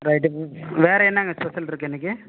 right வே வேறு என்னங்க ஸ்பெஷல் இருக்குது இன்றைக்கி